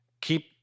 keep